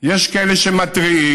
יש כאלה שמתריעים,